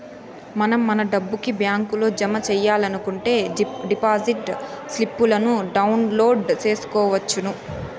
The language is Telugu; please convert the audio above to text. మనం మన డబ్బుని బ్యాంకులో జమ సెయ్యాలనుకుంటే డిపాజిట్ స్లిప్పులను డౌన్లోడ్ చేసుకొనవచ్చును